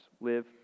Live